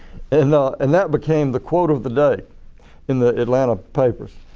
and and that became the quote of the day in the atlanta papers.